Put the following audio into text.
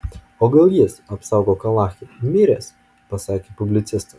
o gal jis apsaugok alache miręs pasakė publicistas